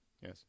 Yes